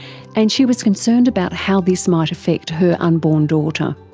and she was concerned about how this might affect her unborn daughter.